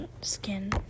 skin